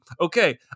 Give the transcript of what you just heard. okay